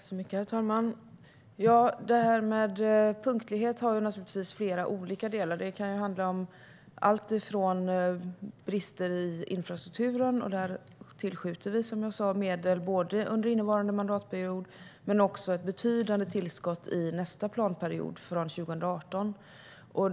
Herr talman! Detta med punktlighet har flera olika delar. Det kan handla om brister i infrastrukturen. Där tillskjuter vi, som jag sa, medel under innevarande mandatperiod men ger också ett betydande tillskott under nästa planperiod från 2018.